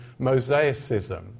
mosaicism